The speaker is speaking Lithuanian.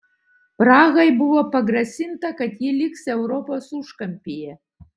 prahai buvo pagrasinta kad ji liks europos užkampyje